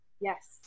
Yes